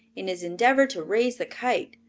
in his endeavor to raise the kite.